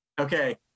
Okay